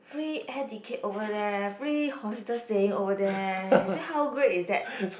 free air ticket over there free hostel staying over there you see how great is that